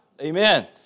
Amen